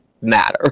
matter